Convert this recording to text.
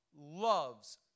loves